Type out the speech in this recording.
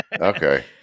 Okay